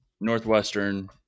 Northwestern